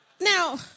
Now